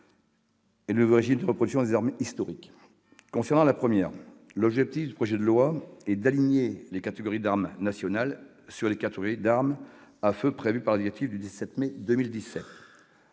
et le nouveau régime des reproductions des armes historiques. L'objectif du projet de loi est d'aligner les catégories d'armes nationales sur les catégories d'armes à feu prévues par la directive du 17 mai 2017.